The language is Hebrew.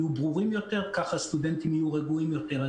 יהיו ברורים יותר, כך הסטודנטים יהיו רגועים יותר.